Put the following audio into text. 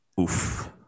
Oof